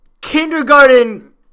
Kindergarten